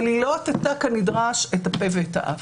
אבל היא לא כיסתה כנדרש את הפה ואת האף?